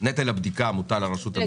נטל הבדיקה מוטל על רשות המיסים.